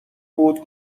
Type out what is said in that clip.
بود